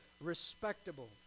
respectable